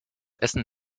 essen